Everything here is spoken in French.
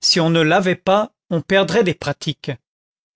si on ne lavait pas on perdrait des pratiques